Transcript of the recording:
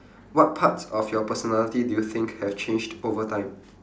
what parts of your personality do you think have changed over time